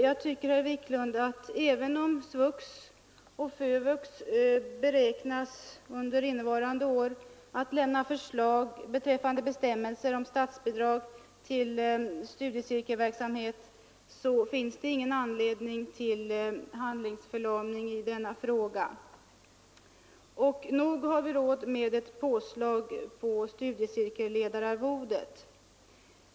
Jag tycker, herr Wiklund, att även om det beräknas att SVUX och FÖVUX under innevarande år kommer att lämna förslag beträffande bestämmelser om statsbidrag till studiecirkelverksamhet, finns det ingen anledning till handlingsförlamning i denna fråga. Nog har vi råd med ett påslag på studiecirkelledararvodet.